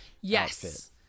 Yes